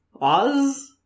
Oz